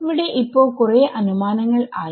ഇവിടെ ഇപ്പൊ കുറെ അനുമാനങ്ങൾ ആയി